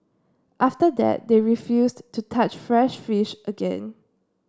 after that they refused to touch fresh fish again